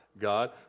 God